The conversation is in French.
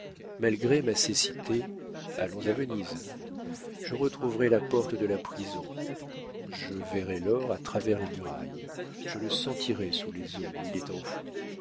malgré ma cécité allons à venise je retrouverai la porte de la prison je verrai l'or à travers les murailles je le sentirai sous les eaux où il est enfoui